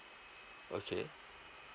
okay